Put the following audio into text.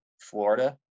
florida